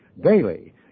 Daily